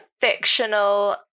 fictional